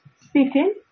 speaking